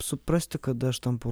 suprasti kada aš tampu